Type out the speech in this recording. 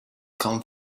come